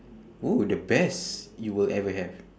oh the best you will ever have